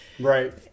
right